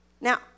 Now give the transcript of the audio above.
Now